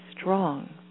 strong